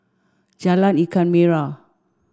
Jalan Ikan Merah